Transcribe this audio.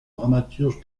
dramaturge